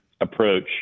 approach